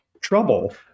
trouble